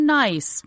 nice